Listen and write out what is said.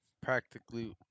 practically